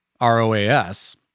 ROAS